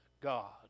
God